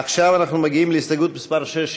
עכשיו אנחנו מגיעים להסתייגות מס' 6,